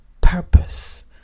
purpose